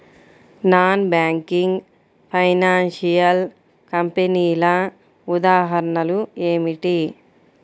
Non banking financial కంపెనీల ఉదాహరణలు ఏమిటి?